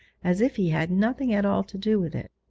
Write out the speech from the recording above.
as if he had nothing at all to do with it!